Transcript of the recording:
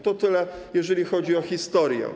To tyle, jeżeli chodzi o historię.